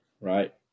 right